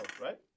right